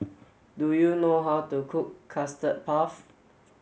do you know how to cook custard puff